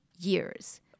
years